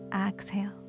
exhale